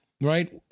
right